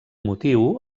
motiu